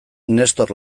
nestor